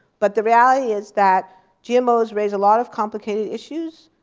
but the reality is that gmos raise a lot of complicated issues.